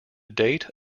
date